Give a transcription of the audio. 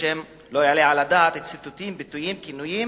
בשם "לא יעלה על הדעת, ציטוטים, ביטויים, כינויים